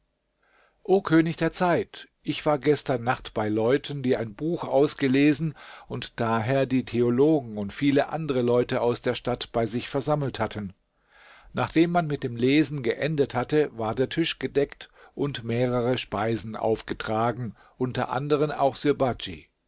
o könig der zeit ich war gestern nacht bei leuten die ein buch ausgelesen und daher die theologen und viele andere leute aus der stadt bei sich versammelt hatten nachdem man mit dem lesen geendet hatte war der tisch gedeckt und mehrere speisen aufgetragen unter anderen auch